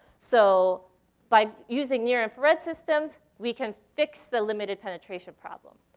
so by using near infrared systems, we can fix the limited penetration problem.